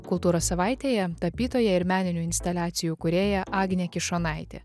kultūros savaitėje tapytoja ir meninių instaliacijų kūrėja agnė kišonaitė